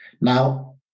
Now